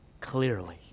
clearly